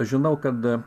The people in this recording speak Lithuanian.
žinau kad